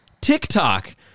TikTok